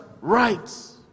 rights